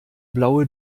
blaue